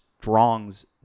Strong's